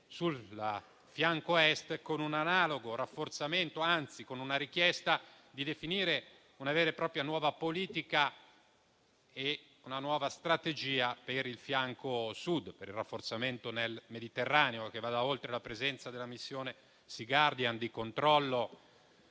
sul fianco Est con un analogo rafforzamento, anzi con una richiesta di definire una vera e propria nuova politica e una nuova strategia per il fianco Sud, per il rafforzamento nel Mediterraneo, che vada oltre la presenza dell'operazione Sea Guardian di controllo